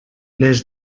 les